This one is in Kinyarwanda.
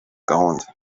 gahunda